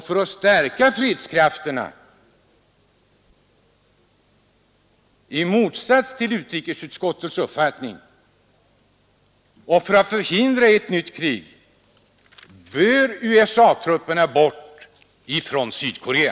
För att stärka fredskrafterna och för att förhindra ett nytt krig bör — i motsats till vad utrikesutskottet anser — USA-trupperna bort från Sydkorea.